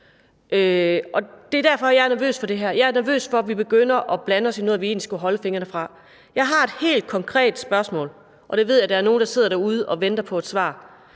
her. Jeg er nervøs for, at vi begynder at blande os i noget, vi egentlig skulle holde fingrene fra. Jeg har et helt konkret spørgsmål, og det ved jeg at der er nogle der sidder derude og venter på et svar